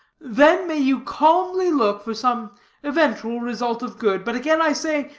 then may you calmly look for some eventual result of good. but again i say,